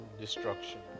destruction